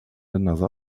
another